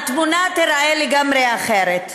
התמונה תיראה לגמרי אחרת.